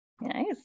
Nice